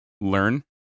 learn